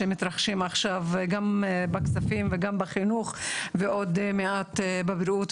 שמתרחשים עכשיו גם בכספים וגם בחינוך ועוד מעט בבריאות,